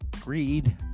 greed